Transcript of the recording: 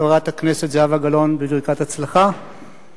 חברת הכנסת זהבה גלאון, בברכת הצלחה, תודה.